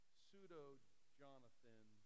pseudo-Jonathan